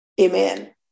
Amen